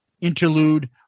interlude